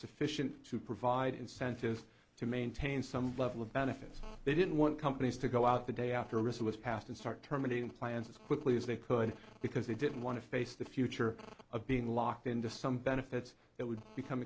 sufficient to provide incentive to maintain some level of benefits they didn't want companies to go out the day after christmas passed and start terminating plans as quickly as they could because they didn't want to face the future of being locked into some benefits that would become